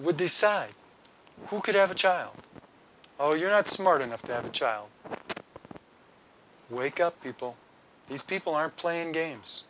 would decide who could have a child oh you're not smart enough to have a child wake up people these people are playing games